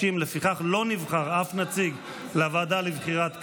60. לפיכך לא נבחר אף נציג לוועדה לבחירת קאדים,